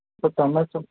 તો તમે તો